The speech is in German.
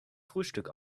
frühstück